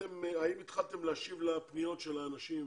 האם התחלתם להשיב לפניות לאנשים,